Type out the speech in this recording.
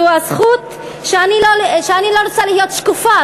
זו הזכות שאני לא רוצה להיות שקופה,